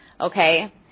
Okay